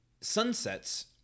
sunsets